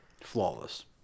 flawless